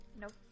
Nope